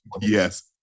yes